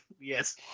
Yes